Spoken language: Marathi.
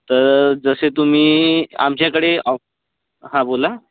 तर जसे तुम्ही आमच्याकडे ऑ हं बोला